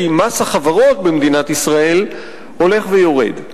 כי מס החברות במדינת ישראל הולך ויורד.